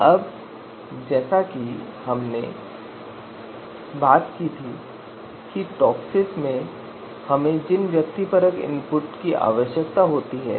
अब जैसा कि हमने इस बारे में बात की थी कि टॉपसिस में हमें जिस व्यक्तिपरक इनपुट की आवश्यकता होती है वह है मानदंड का भार